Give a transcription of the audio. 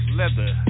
leather